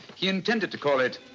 he intended to call it,